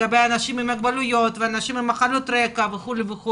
לגבי אנשים עם מוגבלויות ונשים עם מחלות רקע וכולי.